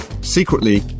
Secretly